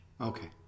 Okay